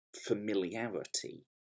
familiarity